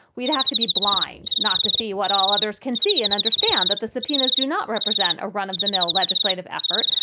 we'd have to be blind not to see what all others can see and understand that the subpoenas do not represent a run of the mill legislative effort,